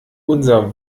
unser